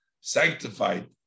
sanctified